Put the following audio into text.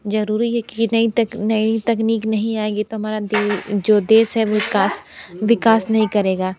जरूरी है कि नई नई तकनीक नहीं आएगी तो हमारा दे जो देश है वो विकास विकास नहीं करेगा